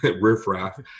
riffraff